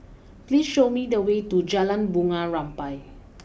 please show me the way to Jalan Bunga Rampai